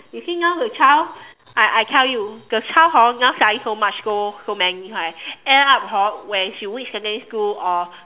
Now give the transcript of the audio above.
you see now the child I I tell you the child hor now study so much go so many correct end up hor when she reach secondary school or